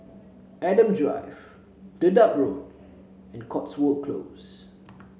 Adam Drive Dedap Road and Cotswold Close